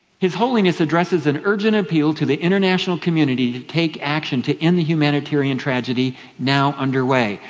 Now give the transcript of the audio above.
his holiness addresses an urgent appeal to the international community to take action to end the humanitarian tragedy now underway.